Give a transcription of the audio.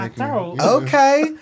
Okay